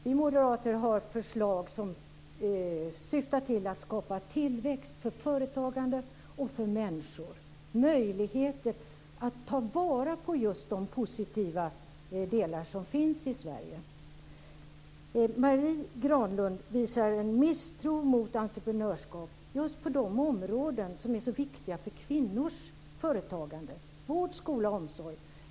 Fru talman! Vi moderater har förslag som syftar till att skapa tillväxt för företagande och för människor. Det handlar om möjligheter att ta vara på just de positiva delar som finns i Sverige. Marie Granlund visar en misstro mot entreprenörskap just på de områden som är så viktiga för kvinnors företagande - vård, skola och omsorg.